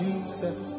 Jesus